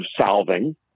solving